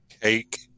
Cake